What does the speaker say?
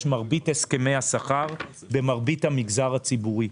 מרבית הסכמי השכר במרבית המגזר הציבורי.